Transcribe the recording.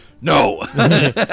no